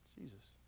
Jesus